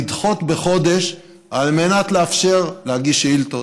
לדחות בחודש על מנת לאפשר להגיש שאילתות,